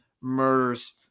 murders